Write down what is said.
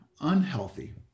unhealthy